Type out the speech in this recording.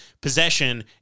possession